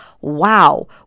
wow